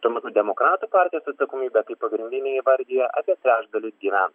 tuo metu demokratų partijos atsakomybę kaip pagrindinę įvardija apie trečdalis gyven